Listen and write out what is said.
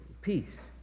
peace